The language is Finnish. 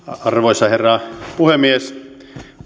arvoisa herra puhemies